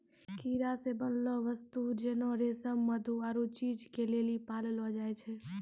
कीड़ा से बनलो वस्तु जेना रेशम मधु आरु चीज के लेली पाललो जाय छै